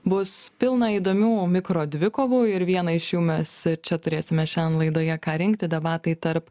bus pilna įdomių mikro dvikovų ir vieną iš jų mes čia turėsime šian laidoje ką rinkti debatai tarp